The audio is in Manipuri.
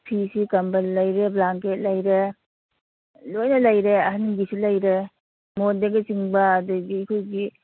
ꯐꯤꯁꯤ ꯀꯝꯕꯜ ꯂꯩꯔꯦ ꯕ꯭ꯂꯥꯡꯀꯦꯠ ꯂꯩꯔꯦ ꯂꯣꯏꯅ ꯂꯩꯔꯦ ꯑꯍꯟꯒꯤꯁꯨ ꯂꯩꯔꯦ ꯃꯣꯟꯗꯒꯤꯆꯤꯡꯕ ꯑꯗꯒꯤ ꯑꯩꯈꯣꯏꯒꯤ